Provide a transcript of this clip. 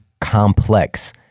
complex